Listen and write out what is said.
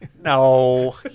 no